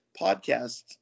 podcasts